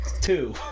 two